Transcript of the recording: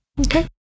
Okay